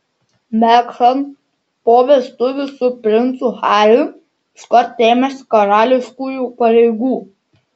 meghan po vestuvių su princu hariu iškart ėmėsi karališkųjų pareigų